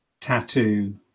tattoo